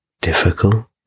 difficult